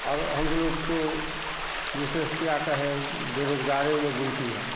और हम लोग तो विशेष क्या कहें बेरोज़गारी में गिनती है